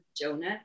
Jonah